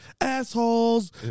Assholes